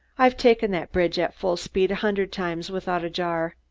i've taken that bridge at full speed a hundred times without a jar.